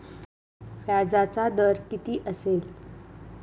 व्याजाचा दर किती असेल?